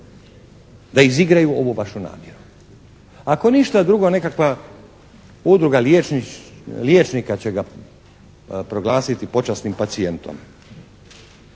da izigraju ovu vašu namjeru. Ako ništa drugo nekakva Udruga liječnika će ga proglasiti počasnim pacijentom.